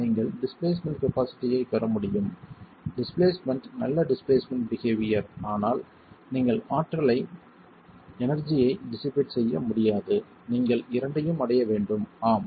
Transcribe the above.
நீங்கள் displacement capacity ஐப் பெற முடியும் டிஸ்பிளேஸ்மென்ட் நல்ல டிஸ்பிளேஸ்மென்ட் பிஹேவியர் ஆனால் நீங்கள் ஆற்றலைச் எனர்ஜி ஐச் டிசிபேட் செய்ய முடியாது நீங்கள் இரண்டையும் அடைய வேண்டும் ஆம்